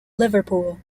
liverpool